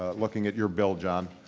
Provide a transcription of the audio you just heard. ah looking at your bill, jon,